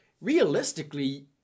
realistically